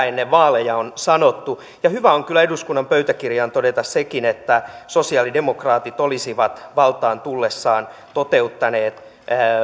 ennen vaaleja on sanottu ja hyvä on kyllä eduskunnan pöytäkirjaan todeta sekin että sosialidemokraatit olisivat valtaan tullessaan toteuttaneet